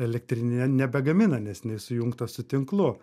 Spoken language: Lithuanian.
elektrinė nebegamina nes nesujungta su tinklu